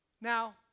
Now